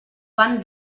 van